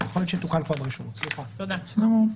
סמכויות